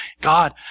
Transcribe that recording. God